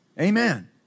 Amen